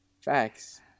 Facts